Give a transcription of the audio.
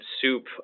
soup